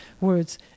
words